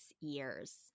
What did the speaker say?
years